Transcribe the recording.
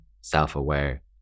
self-aware